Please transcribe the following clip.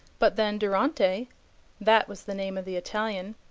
but then durante that was the name of the italian,